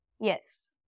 Yes